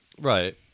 Right